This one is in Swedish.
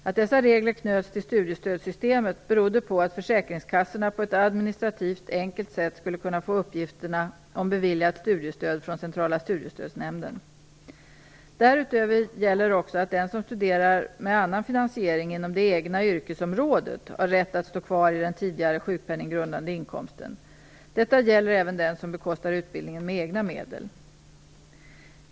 Att dessa regler knöts till studiestödssystemet berodde på att försäkringskassorna på ett administrativt enkelt sätt skulle kunna få uppgifterna om beviljat studiestöd från Centrala studiestödsnämnden. Därutöver gäller också att den som studerar med annan finansiering inom det egna yrkesområdet har rätt att stå kvar i den tidigare sjukpenninggrundande inkomsten. Detta gäller även den som bekostar utbildningen med egna medel.